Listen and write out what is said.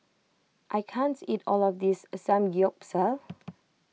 I can't eat all of this Samgyeopsal